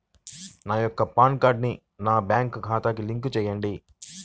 నా యొక్క పాన్ కార్డ్ని నా బ్యాంక్ ఖాతాకి లింక్ చెయ్యండి?